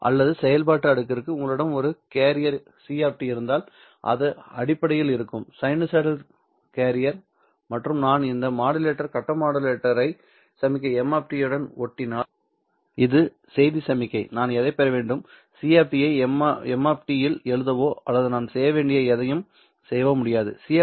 அல்லது செயல்பாட்டு அடுக்கு உங்களிடம் எனது கேரியர் cஇருந்தால் அது அடிப்படையில் இருக்கும் சைனுசாய்டல் கேரியர் மற்றும் நான் இந்த மாடுலேட்டர் கட்ட மாடுலேட்டரை சமிக்ஞை m உடன் ஓட்டினால் இது செய்தி சமிக்ஞை நான் எதைப் பெற வேண்டும் c ஐ m இல் எழுதவோ அல்லது நான் செய்ய வேண்டிய எதையும் செய்யவோ முடியாது